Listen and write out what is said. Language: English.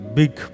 big